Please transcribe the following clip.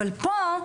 אבל פה,